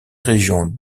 régions